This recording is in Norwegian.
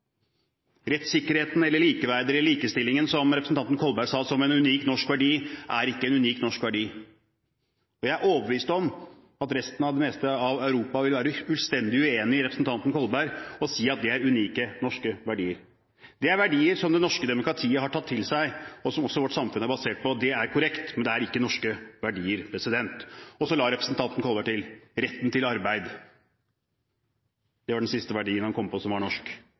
Rettssikkerheten eller likeverdet eller likestillingen, som representanten Kolberg nevnte som en unik, norsk verdi, er ikke en unik, norsk verdi. Jeg er overbevist om at resten av det meste av Europa vil være fullstendig uenig med representanten Kolberg når han sier at det er unike, norske verdier. Det er verdier som det norske demokratiet har tatt til seg, og som vårt samfunn er basert på – det er korrekt, men det er ikke norske verdier. Representanten Kolberg la også til retten til arbeid. Det var den siste verdien han kom på som var norsk.